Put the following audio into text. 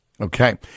Okay